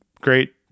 great